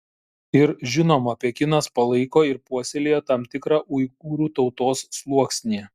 ir žinoma pekinas palaiko ir puoselėja tam tikrą uigūrų tautos sluoksnį